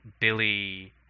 Billy